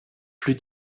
plus